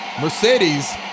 Mercedes